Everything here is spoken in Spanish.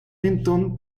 mentón